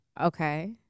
Okay